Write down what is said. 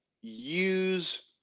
use